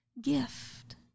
gift